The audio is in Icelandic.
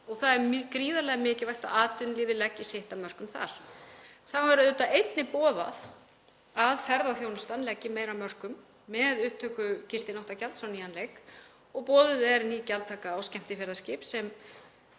Það er gríðarlega mikilvægt að atvinnulífið leggi sitt af mörkum þar. Þá er auðvitað einnig boðað að ferðaþjónustan leggi meira af mörkum með upptöku gistináttagjalds á nýjan leik og boðuð er ný gjaldtaka á skemmtiferðaskip sem